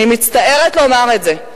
אני מצטערת לומר את זה,